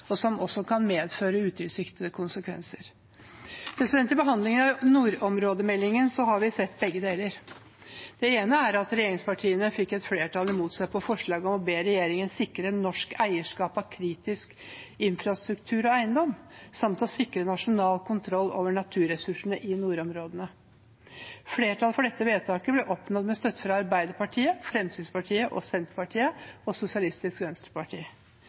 og som også kan medføre utilsiktede konsekvenser. I behandlingen av nordområdemeldingen har vi sett begge deler. Det ene er at regjeringspartiene fikk et flertall imot seg i forslaget om å be regjeringen sikre norsk eierskap av kritisk infrastruktur og eiendom samt å sikre nasjonal kontroll over naturressursene i nordområdene. Flertallet for dette vedtaket ble oppnådd med støtte fra Arbeiderpartiet, Fremskrittspartiet, Senterpartiet og Sosialistisk Venstreparti.